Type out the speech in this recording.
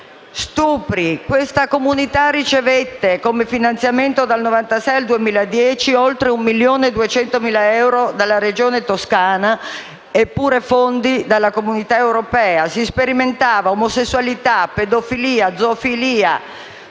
vittime. Quella comunità ricevette un finanziamento, dal 1996 al 2010, di oltre 1,2 milioni di euro dalla Regione Toscana nonché fondi dalla Comunità europea. Si sperimentava omosessualità, pedofilia, zoofilia: